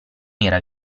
era